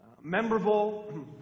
memorable